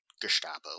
Gestapo